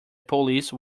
police